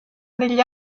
negli